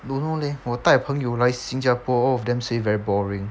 don't know leh 我带朋友来新加坡 all of them say very boring